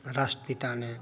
राष्ट्रपिता ने